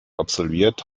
absolviert